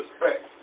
respect